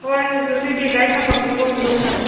ꯍꯣꯏ ꯑꯗꯨꯗꯤ ꯒꯥꯔꯤ ꯊꯝꯐꯝ ꯆꯤꯡꯈꯣꯡꯗꯨꯗ ꯎꯅꯔꯁꯤ